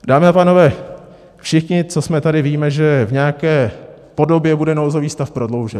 Dámy a pánové, všichni, co jsme tady, víme, že v nějaké podobě bude nouzový stav prodloužen.